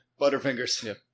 Butterfingers